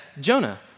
Jonah